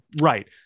right